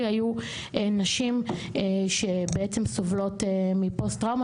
היו נשים שבעצם סובלות מפוסט טראומה,